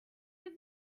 used